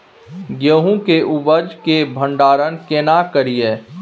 गेहूं के उपज के भंडारन केना करियै?